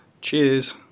cheers